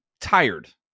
tired